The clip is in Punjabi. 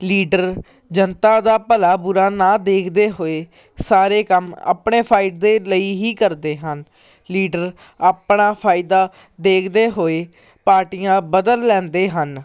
ਲੀਡਰ ਜਨਤਾ ਦਾ ਭਲਾ ਬੁਰਾ ਨਾ ਦੇਖਦੇ ਹੋਏ ਸਾਰੇ ਕੰਮ ਆਪਣੇ ਫਾਈਦੇ ਲਈ ਹੀ ਕਰਦੇ ਹਨ ਲੀਡਰ ਆਪਣਾ ਫਾਇਦਾ ਦੇਖਦੇ ਹੋਏ ਪਾਰਟੀਆਂ ਬਦਲ ਲੈਂਦੇ ਹਨ